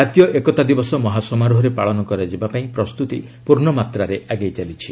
ଜାତୀୟ ଏକତା ଦିବସ ମହାସମାରୋହରେ ପାଳନ କରାଯିବା ପାଇଁ ପ୍ରସ୍ତୁତି ପୂର୍ଣ୍ଣ ମାତ୍ରାରେ ଆଗେଇ ଚାଲିଛି